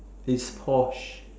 is porsche